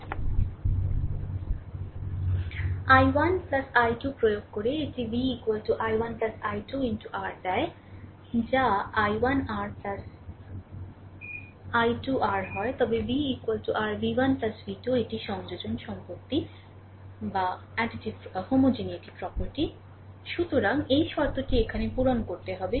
I1 i2 প্রয়োগ করে এটি v i1 i2 R দেয় যা i1 r i2 R হয় তবে v r v1 v2 এটি সংযোজন সম্পত্তি সুতরাং এই শর্তটি এখানে পূরণ করতে হবে